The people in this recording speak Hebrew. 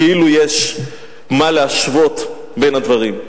כאילו יש מה להשוות בין הדברים.